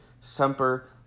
Semper